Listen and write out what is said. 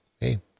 hey